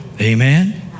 Amen